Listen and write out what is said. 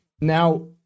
Now